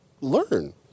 learn